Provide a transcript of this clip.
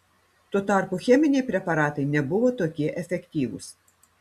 tuo tarpu cheminiai preparatai nebuvo tokie efektyvūs